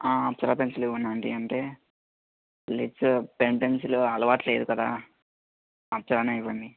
Apsara pencil ఇవ్వండి aunty అంటే లిడ్స్ పెన్ పెన్సిల్ అలవాటులేదు కదా అప్సరానే ఇవ్వండి